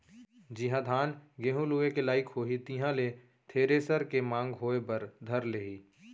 जिहॉं धान, गहूँ लुए के लाइक होही तिहां ले थेरेसर के मांग होय बर धर लेही